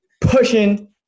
pushing